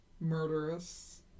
Murderous